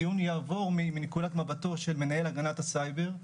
הדיון יעבור מנקודת מבטו של מנהל הגנת הסייבר,